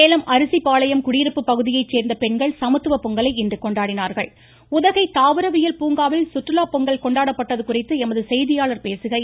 சேலம் அரிசிபாளையம் குடியிருப்பு பகுதியைச் சேர்ந்த பெண்கள் சமத்துவப் பொங்கலை இன்று கொண்டாடினார்கள் உதகை தாவிரவியல் பூங்காவில் சுற்றுலா பொங்கல் கொண்டாடப்பட்டது குறித்து எமது செய்தியாளர் பேசுகையில்